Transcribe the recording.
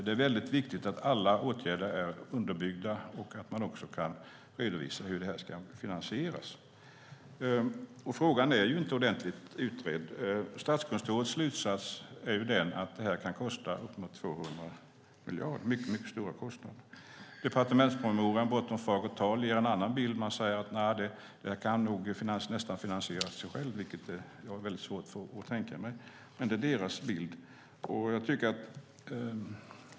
Det är viktigt att alla åtgärder är underbyggda och att det går att redovisa hur de ska finansieras. Frågan är inte ordentligt utredd. Statskontorets slutsats är att kostnaden kan bli upp till 200 miljarder. Det är fråga om mycket stora kostnader. Departementspromemorian Bortom fagert tal ger en annan bild, att reformen nästan kan finansiera sig själv, vilket jag har svårt att tänka mig. Det är departementets bild.